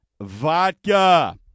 vodka